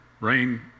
rain